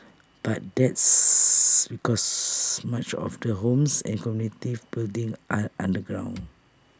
but that's because much of the homes and communities buildings are underground